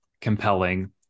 compelling